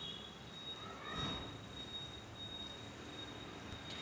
निंदनासाठी दुसरा उपाव कोनचा हाये?